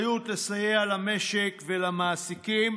יש לנו אחריות לסייע למשק ולמעסיקים,